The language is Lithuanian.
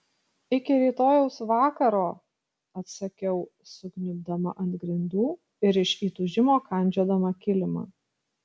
iki rytojaus vakaro atsakiau sukniubdama ant grindų ir iš įtūžimo kandžiodama kilimą